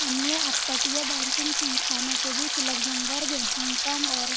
अन्य अपतटीय बैंकिंग संस्थानों के बीच लक्ज़मबर्ग, हांगकांग और